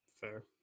Fair